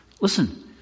Listen